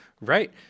Right